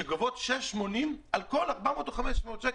שגובות 6.80 על כל 400 או 500 שקל.